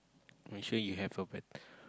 make sure you have a bet